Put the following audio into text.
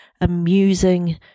amusing